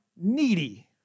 needy